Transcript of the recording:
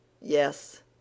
Yes